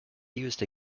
used